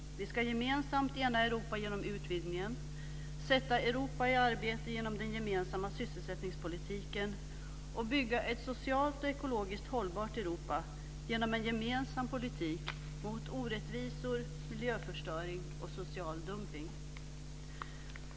Vi ska gemensamt ena Europa genom utvidgningen, sätta Europa i arbete genom den gemensamma sysselsättningspolitiken och bygga ett socialt och ekologiskt hållbart Europa genom en gemensam politik mot orättvisor, miljöförstöring och social dumpning.